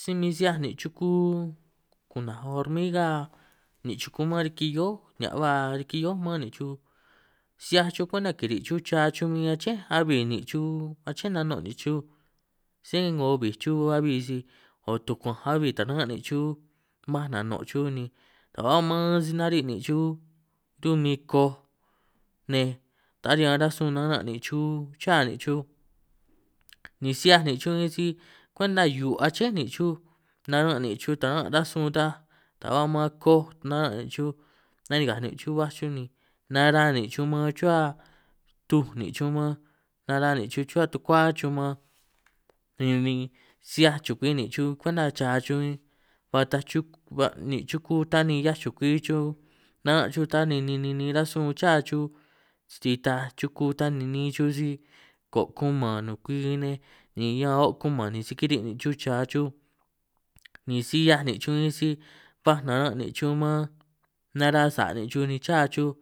Si min si 'hiaj nìn' chuku kù'nàj hormiga nìn' chuku mân riki hio'ó nìhià' ba riki hio'ó mân nìn' chuj, si 'hiaj chuj kwenta kìrì' chuj cha chuj bin aché ahuì nìn' chuj aché nano' nìn chuj, sé 'ngo bìj chuj abi si o' tùkuànj abi taran' nìn' chuj manj, nànὸ' ni a' man si nari' nìn' chuj tumi koj nej, ta riñan rasun naran' nìn' chu châ nìn' chu ni si 'hiaj nìn' chun bin, si kwenta hiu' aché nìn' chuj naran' nìn' chuj taran' nìn' rasun ta ta ba ma'an koj naran' nìn' chuj, nanikàj nìn' chuj baj chuj ni nara nìn' chuj man chuhuâ tuj nìn' chuj man, nara nìn' chuj chuhuâ tukuâ chuj man ninin si 'hiaj chukwi nìn' chuj kwenta cha chuj bin, ba taj chu' ba nìn' chuku tan ni 'hiaj chukwi chuj nan' chuj, sani ni ni ni rasun châ chuj si taaj chuku ta ni ni'in chuj si kὸ' kumàn nukui nej ni ñan o' kumàn, ni si kiri' nìn' cha chuj ni si 'hiaj nìn' chuj bin si baj naran' nìn' chuj man, nara' sà' nìn' chuj ni châ chuj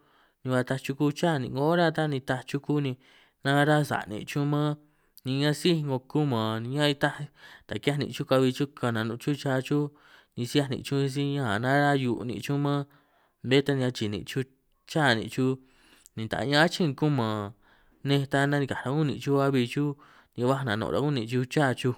ni ba taaj chuku châ ni 'ngo ora ta, ni taaj chuku ni nara sà' nìn' chuj man ni asíj 'ngo kumàn ni ñan itaj ta ki'hiaj nìn' chuj kahui ka'anj nànὸ' chuj cha chuj, ni si 'hiaj nìn' chuj bin si ñan ka' nara hiu' nìn' chuj man, bé ta achi'i nìn' chuj châ nìn' chuj ni ta ñan achîn kumàn nej, ta nanikàj ún nìn' chuj abi chuj ni baj nànὸ' rὸ' ñûn nìn' chu châ chuj.